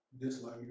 dislike